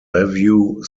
revue